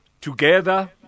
Together